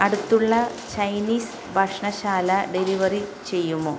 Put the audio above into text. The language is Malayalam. അടുത്തുള്ള ചൈനീസ് ഭക്ഷണശാല ഡെലിവറി ചെയ്യുമോ